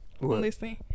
listen